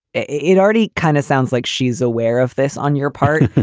it already kind of sounds like she's aware of this on your part,